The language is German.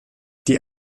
die